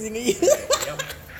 right yup